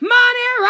Money